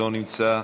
לא נמצא,